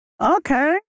Okay